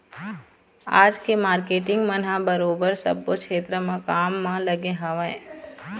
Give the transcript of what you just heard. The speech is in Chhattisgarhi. आज के मारकेटिंग मन ह बरोबर सब्बो छेत्र म काम म लगे हवँय